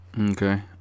Okay